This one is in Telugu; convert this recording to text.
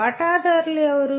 వాటాదారులు ఎవరు